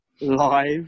live